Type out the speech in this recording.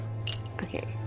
Okay